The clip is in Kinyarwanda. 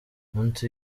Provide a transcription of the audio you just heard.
umunsi